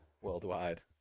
worldwide